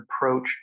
approach